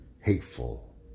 hateful